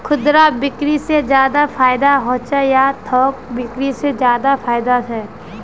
खुदरा बिक्री से ज्यादा फायदा होचे या थोक बिक्री से ज्यादा फायदा छे?